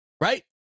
right